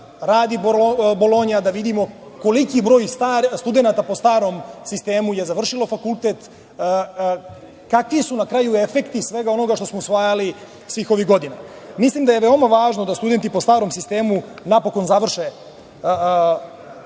radi Bolonja, da vidimo koliki broj studenata po starom sistemu je završilo fakultet. Kakvi su na kraju efekti svega onoga što smo usvajali svih ovih godina? Mislim da je važno da studenti po starom sistemu napokon završe fakultete,